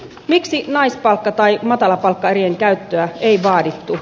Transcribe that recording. miksi naispalkka tai matalapalkkaerien käyttöä ei vaadittu